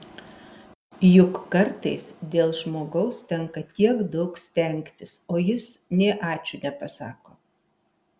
juk kartais dėl žmogaus tenka tiek daug stengtis o jis nė ačiū nepasako